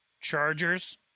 Chargers